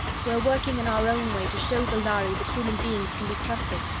we're working in our own way to show the lhari that human beings can be trusted.